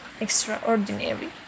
extraordinary